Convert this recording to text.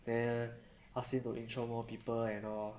then ask him to intro more people and all